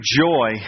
joy